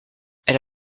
elle